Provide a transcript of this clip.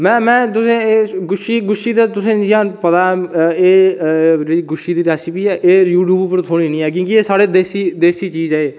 आं आं तुसेंगी गुच्छी दा पता की एह् गुच्छी ऐहीं थ्होई निं ऐ क्योंकि एह् साढ़ी देसी चीज़ ऐ एह्